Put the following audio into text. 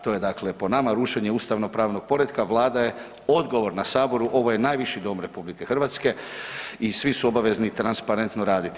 To je dakle po nama, rušenje ustavnopravnog poretka, Vlada je odgovorna Saboru, ovo je najviši Dom RH, i svi su obavezni transparentno raditi.